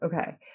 Okay